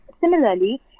similarly